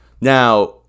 Now